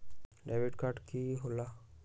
Debit card की होला?